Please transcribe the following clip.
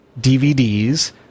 DVDs